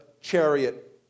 chariot